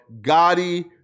Gotti